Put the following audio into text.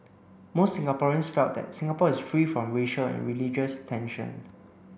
most Singaporeans felt that Singapore is free from racial and religious tension